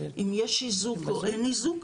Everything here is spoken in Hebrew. אם יש איזוק או אין איזוק,